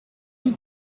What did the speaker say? nous